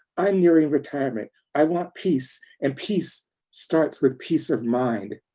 i'm nearing retirement. i want peace and peace starts with peace of mind.